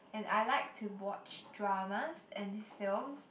and I like to watch dramas and films